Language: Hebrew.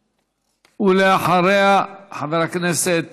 ואחריה, חבר הכנסת